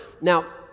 Now